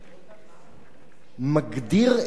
מגדיר את דמותה של המדינה.